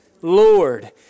Lord